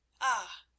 Ah